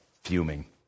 fuming